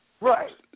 Right